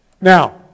Now